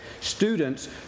students